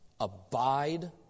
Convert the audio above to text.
Abide